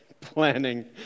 planning